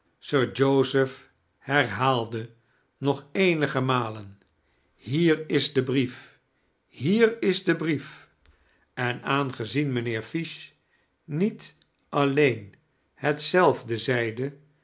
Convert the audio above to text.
sir joseph herhaalde nog eenige malen hier is de brief hier is de brief en aangezien mijnheer fish niet alleen hetzelfde zeide